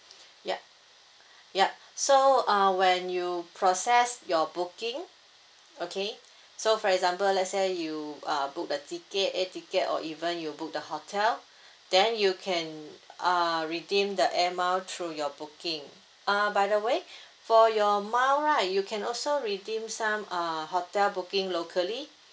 yup yup so uh when you process your booking okay so for example let's say you uh book the ticket air ticket or even you book the hotel then you can uh redeem the air mile through your booking uh by the way for your mile right you can also redeem some uh hotel booking locally